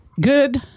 good